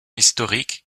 historique